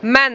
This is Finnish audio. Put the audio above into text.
näin